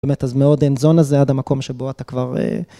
באמת, אז מאוד hands-on הזה עד המקום שבו אתה כבר...